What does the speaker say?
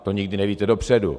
To nikdy nevíte dopředu.